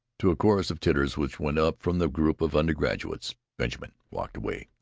to a chorus of titters which went up from the group of undergraduates, benjamin walked away.